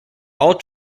all